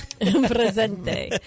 presente